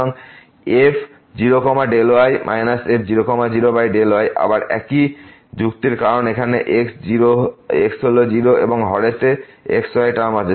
সুতরাং f0 Δy f 0 0Δy আবার একই যুক্তি কারণ এখানে x হল 0 এবং হরেতে আছে x y টার্ম